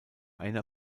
einer